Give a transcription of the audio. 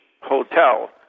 hotel